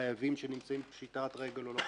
חייבים שנמצאים בפשיטת רגל או לא.